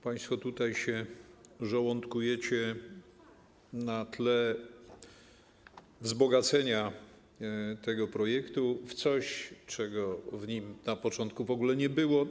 Państwo tutaj się żołądkujecie na tle wzbogacenia tego projektu w coś, czego w nim na początku w ogóle nie było.